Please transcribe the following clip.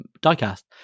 die-cast